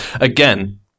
Again